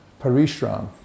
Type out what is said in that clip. Parishram